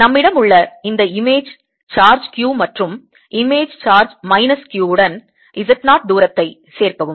நம்மிடமுள்ள இந்த image charge q மற்றும் இமேஜ் சார்ஜ் மைனஸ் q உடன் Z 0 தூரத்தை சேர்க்கவும்